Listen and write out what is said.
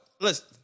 listen